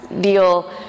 deal